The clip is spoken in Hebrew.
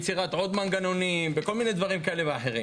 יצירת עוד מנגנונים ודברים נוספים.